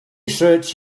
search